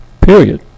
Period